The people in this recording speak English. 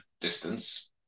distance